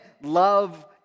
love